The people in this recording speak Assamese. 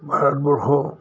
ভাৰতবৰ্ষ